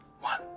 One